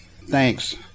thanks